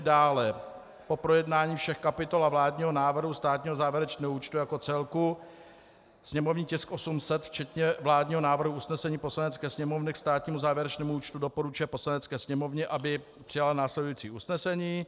dále po projednání všech kapitol a vládního návrhu státního závěrečného účtu jako celku (sněmovní tisk 800) včetně vládního návrhu usnesení Poslanecké sněmovny k státnímu závěrečnému účtu doporučuje Poslanecké sněmovně, aby přijala následující usnesení: